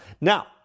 Now